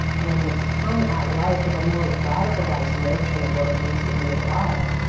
and come at life with a more radicalized notion of what it means to be alive,